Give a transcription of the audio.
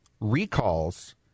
recalls